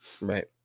right